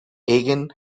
aegean